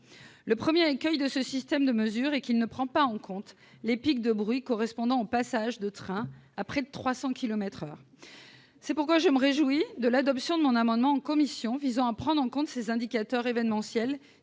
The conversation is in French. Le premier écueil de ce système de mesure est qu'il ne prend pas en compte les « pics de bruit » correspondant aux passages de train à près de 300 kilomètres par heure. C'est pourquoi je me réjouis de l'adoption de mon amendement en commission visant à prendre en compte ces indicateurs événementiels